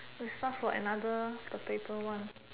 we find for another the paper one